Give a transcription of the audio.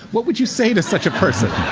what would you say to such a person?